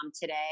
today